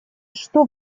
что